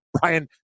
Brian